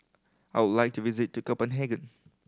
I would like to visit to Copenhagen